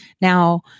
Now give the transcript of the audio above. Now